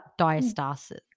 diastasis